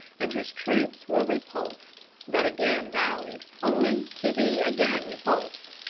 and his troops were repulsed, but again rallied, only to be again repulsed.